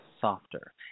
softer